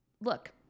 look